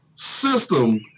System